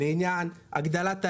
ואת עניין הגדלת ההיצע,